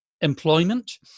employment